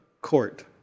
court